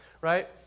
right